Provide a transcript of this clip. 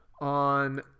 on